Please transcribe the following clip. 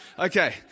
Okay